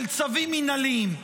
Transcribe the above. של צווים מינהליים.